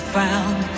found